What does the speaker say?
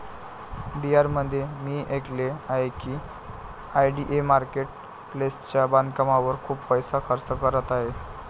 बिहारमध्ये मी ऐकले आहे की आय.डी.ए मार्केट प्लेसच्या बांधकामावर खूप पैसा खर्च करत आहे